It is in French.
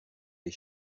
des